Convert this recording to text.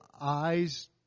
eyes